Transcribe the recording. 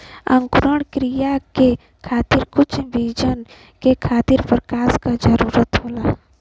अंकुरण क्रिया के खातिर कुछ बीजन के खातिर प्रकाश क जरूरत होला